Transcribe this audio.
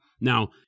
Now